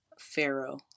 Pharaoh